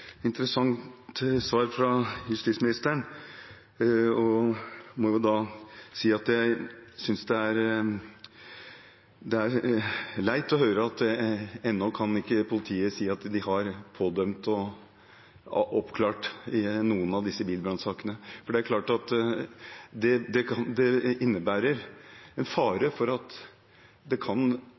interessant svar fra justisministeren. Jeg må si at jeg synes det er leit å høre at ennå kan ikke politiet si at de har oppklart og pådømt i noen av disse bilbrannsakene, for det er klart at det innebærer en fare for at det kan